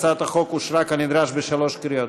הצעת החוק אושרה כנדרש בשלוש קריאות.